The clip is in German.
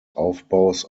aufbaus